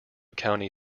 county